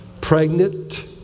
pregnant